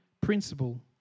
principle